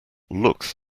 looks